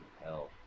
hell